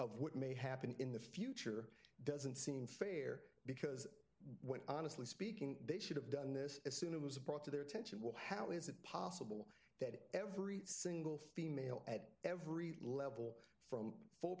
of what may happen in the future doesn't seem fair because when honestly speaking they should have done this as soon it was brought to their attention will how is it possible that every single female at every level from full